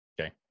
okay